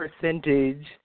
percentage